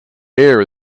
air